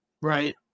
Right